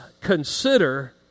consider